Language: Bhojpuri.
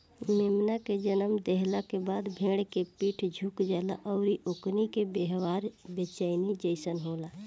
मेमना के जनम देहला के बाद भेड़ के पीठ झुक जाला अउरी ओकनी के व्यवहार बेचैनी जइसन होला